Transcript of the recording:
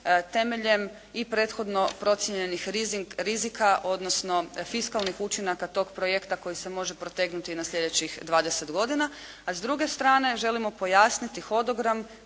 temeljem i prethodno procijenjenih rizika, odnosno fiskalnih učinaka tog projekta koji se može protegnuti na sljedećih 20 godina. A s druge strane želimo pojasniti hodogram,